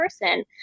person